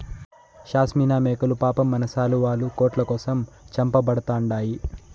షాస్మినా మేకలు పాపం మన శాలువాలు, కోట్ల కోసం చంపబడతండాయి